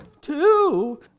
Two